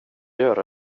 göra